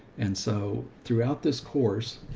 and so throughout this course,